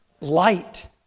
light